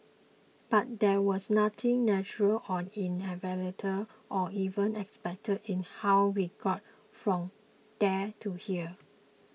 but there was nothing natural or inevitable or even expected in how we got from there to here